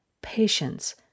patience